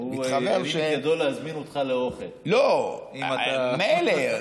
הוא הרים את ידו להזמין אותך לאוכל, אם אתה, מילא.